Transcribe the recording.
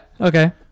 Okay